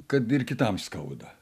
kad ir kitam skauda